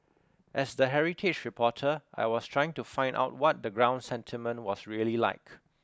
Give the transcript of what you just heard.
as the heritage reporter I was trying to find out what the ground sentiment was really like